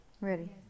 Ready